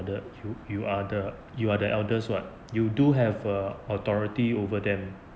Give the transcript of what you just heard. you are the you are the eldest [what] you do have err authority over them